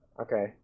Okay